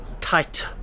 tight